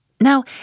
Now